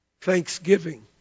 Thanksgiving